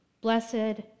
Blessed